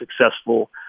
successful